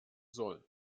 soll